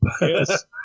Yes